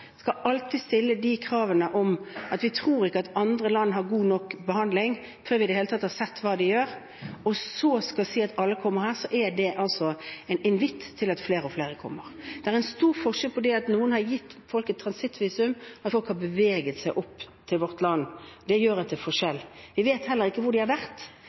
alltid skal stille de kravene, og at vi ikke tror at andre land har god nok behandling før vi i det hele tatt har sett hva de gjør, og så skal si at alle kan komme hit, er det en invitt til at flere og flere kommer. Det er stor forskjell på det at noen har gitt folk et transittvisum, og at folk har beveget seg opp til vårt land. Det gjør at det er en forskjell. Vi vet heller ikke hvor de har vært